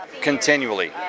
continually